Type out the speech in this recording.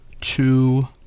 two